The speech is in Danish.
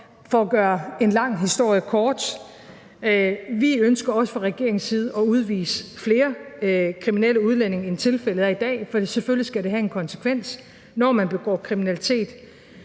for at gøre en lang historie kort, ønsker vi også fra regeringens side at udvise flere kriminelle udlændinge, end tilfældet er i dag, for selvfølgelig skal det have en konsekvens, når man begår kriminalitet.